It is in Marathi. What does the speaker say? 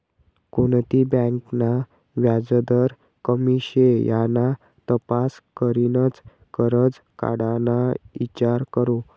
कोणती बँक ना व्याजदर कमी शे याना तपास करीनच करजं काढाना ईचार करो